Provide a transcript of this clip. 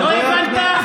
לא הבנת?